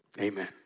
amen